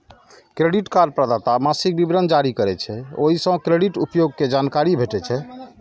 credit card प्रदाता मासिक विवरण जारी करै छै, ओइ सं क्रेडिट उपयोग के जानकारी भेटै छै